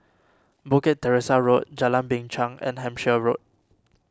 Bukit Teresa Road Jalan Binchang and Hampshire Road